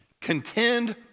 contend